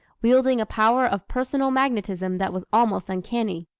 wielding a power of personal magnetism that was almost uncanny.